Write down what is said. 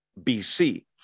BC